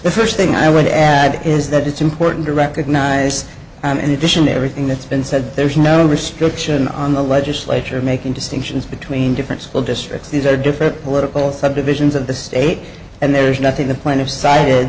the first thing i would add is that it's important to recognize in addition to everything that's been said there's no restriction on the legislature making distinctions between different school districts these are different political subdivisions of the state and there's nothing t